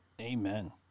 Amen